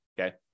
Okay